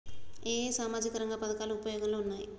ఏ ఏ సామాజిక రంగ పథకాలు ఉపయోగంలో ఉన్నాయి?